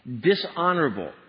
dishonorable